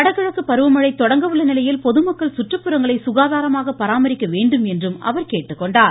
வடகிழக்கு பருவமழை தொடங்க உள்ள நிலையில் பொதுமக்கள் சுற்றுப்புறங்களை சுகாதாரமாக பராமரிக்க வேண்டும் என்றும் அவர் கேட்டுக்கொண்டார்